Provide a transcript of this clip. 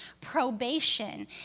probation